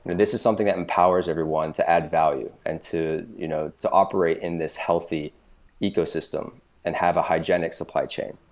and this is something that empowers everyone to add value and to you know to operate in this healthy ecosystem and have a hygienic supply chain,